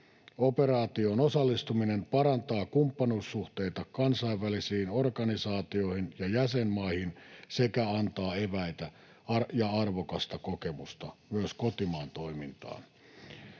Operaatioon osallistuminen parantaa kumppanuussuhteita kansainvälisiin organisaatioihin ja jäsenmaihin sekä antaa eväitä ja arvokasta kokemusta myös kotimaan toimintaan.